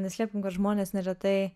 neslėpkim kad žmonės neretai